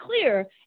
clear